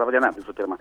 laba diena visų pirma